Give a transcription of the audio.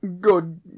Good